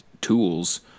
tools